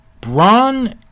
Braun